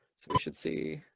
we should see